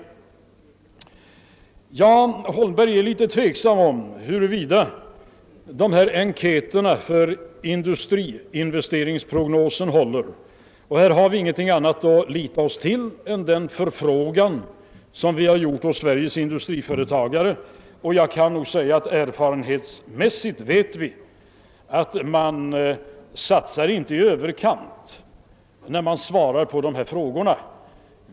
Herr Holmberg var tveksam om huruvida = industriinvesteringsprognosen håller. Här har vi inget annat att lita till än svaren på den förfrågan vi har gjort hos Sveriges industriföretagare. Av erfarenhet vet vi att man inte satsar i överkant när man svarar på frågorna.